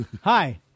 Hi